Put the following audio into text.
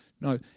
No